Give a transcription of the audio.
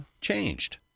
changed